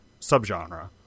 subgenre